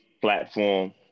platform